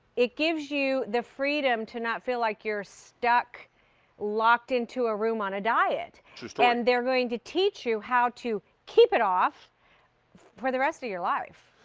it gives you the freedom to not feel like you're stuck locked into a room on a diet. and they're going to teach you how to keep it off for the rest of your life.